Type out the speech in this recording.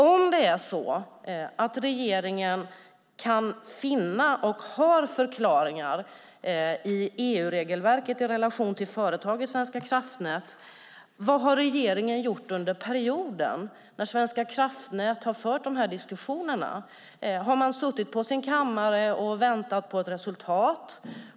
Om regeringen kan finna och har förklaringar i EU-regelverket i relation till företaget Svenska kraftnät, vad har regeringen gjort under perioden när Svenska kraftnät har fört de här diskussionerna? Har man suttit på sin kammare och väntat på ett resultat?